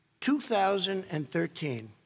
2013